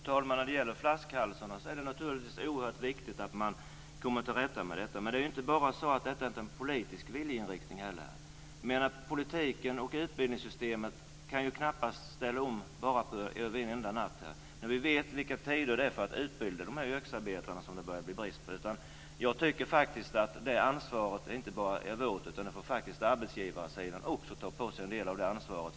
Fru talman! Det är naturligtvis oerhört viktigt att man kommer till rätta med flaskhalsarna. Men det handlar inte bara om en politisk viljeinriktning. Politiken och utbildningssystemet kan knappast ställa om över en enda natt när vi vet vilka tider det handlar om för att utbilda de yrkesarbetare som det börjar bli brist på. Jag tycker faktiskt att det ansvaret inte bara är vårt. Arbetsgivarsidan får faktiskt också ta på sig en del av det ansvaret.